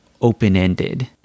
open-ended